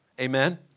Amen